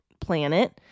planet